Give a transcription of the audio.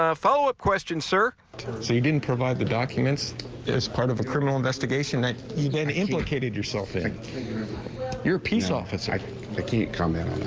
ah follow up question sir she didn't provide the documents as part of a criminal investigation that began in located yourself in your piece office i can't come in.